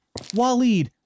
Waleed